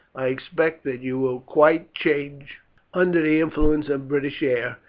i expect that you will quite change under the influence of british air,